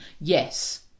Yes